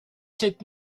sept